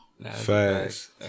Facts